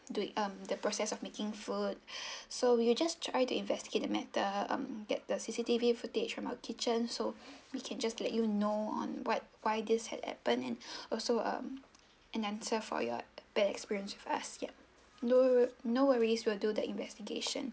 doing um the process of making food so we will just try to investigate the matter um get the C_C_T_V footage from our kitchen so we can just let you know on what why this had happened and also um and answer for your bad experience with us yup no wor~ no worries will do the investigation